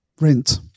rent